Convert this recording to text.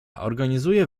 organizuje